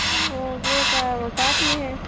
मोगरे का वह साठ में है